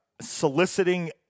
soliciting